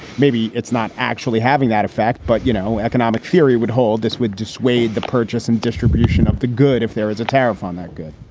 maybe it's not actually having that effect. but, you know, economic theory would hold this would dissuade the purchase and distribution of the good if is a tariff on that. good